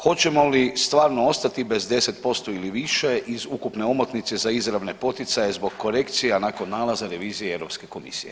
Hoćemo li stvarno ostati bez 10% ili više iz ukupne omotnice za izravne poticaje zbog korekcija nakon nalaza revizije Europske komisije?